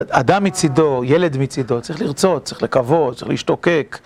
אדם מצידו, ילד מצידו, צריך לרצות, צריך לקוות, צריך להשתוקק.